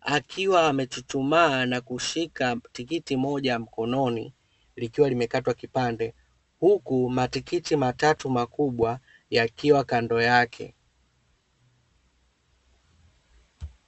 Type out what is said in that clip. akiwa amechuchumaa na kushika tikiti moja mkononi likiwa limekatwa kipande, huku matikiti matatu makubwa yakiwa kando yake.